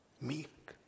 Meek